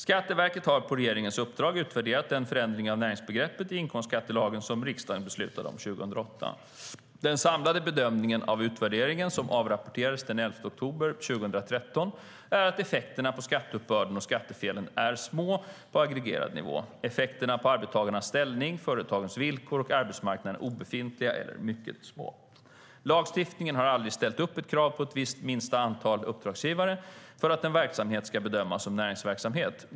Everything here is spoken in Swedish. Skatteverket har på regeringens uppdrag utvärderat den förändring av näringsbegreppet i inkomstskattelagen som riksdagen beslutade 2008. Den samlade bedömningen av utvärderingen, som avrapporterades den 11 oktober 2013, är att effekterna på skatteuppbörden och skattefelen är små på aggregerad nivå. Effekterna på arbetstagarnas ställning, företagens villkor och arbetsmarknaden är obefintliga eller mycket små. Lagstiftningen har aldrig ställt upp ett krav på ett visst minsta antal uppdragsgivare för att en verksamhet ska bedömas som näringsverksamhet.